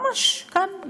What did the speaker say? ממש כאן,